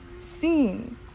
seen